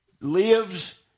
lives